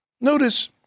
Notice